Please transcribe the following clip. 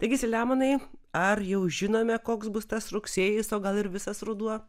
taigi selemonai ar jau žinome koks bus tas rugsėjis o gal ir visas ruduo